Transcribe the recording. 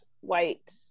white